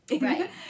Right